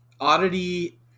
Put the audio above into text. Oddity